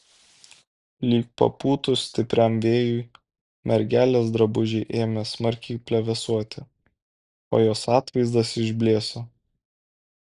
lyg papūtus stipriam vėjui mergelės drabužiai ėmė smarkiai plevėsuoti o jos atvaizdas išblėso